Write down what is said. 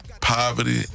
poverty